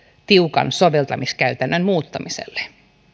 tiukan soveltamiskäytännön muuttamiselle